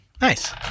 Nice